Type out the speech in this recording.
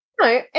No